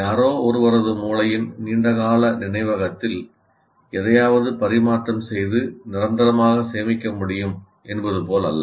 யாரோ ஒருவரது மூளையின் நீண்டகால நினைவகத்தில் எதையாவது பரிமாற்றம் செய்து நிரந்தரமாக சேமிக்க முடியும் என்பது போல அல்ல